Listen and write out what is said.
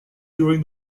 during